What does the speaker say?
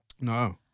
No